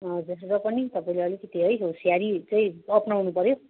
हजुर र पनि तपाईँले अलिकति है होसियारी चाहिँ अप्नाउनु पऱ्यो